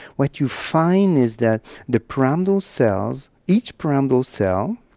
what you find is that the pyramidal cells, each pyramidal cell,